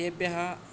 तेभ्यः